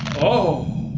oh